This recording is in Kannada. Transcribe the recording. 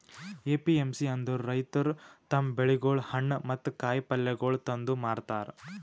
ಏ.ಪಿ.ಎಮ್.ಸಿ ಅಂದುರ್ ರೈತುರ್ ತಮ್ ಬೆಳಿಗೊಳ್, ಹಣ್ಣ ಮತ್ತ ಕಾಯಿ ಪಲ್ಯಗೊಳ್ ತಂದು ಮಾರತಾರ್